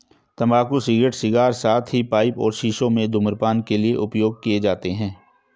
तंबाकू cigarette, cigar, साथ ही पाइप और शीशों में धूम्रपान के लिए उपयोग किए जाते हैं